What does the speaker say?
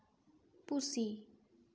ᱯᱩᱥᱤ